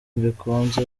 bikunze